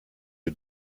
you